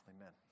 Amen